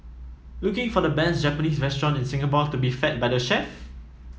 looking for the best Japanese restaurant in Singapore to be fed by the chef